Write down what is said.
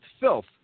filth